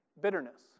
bitterness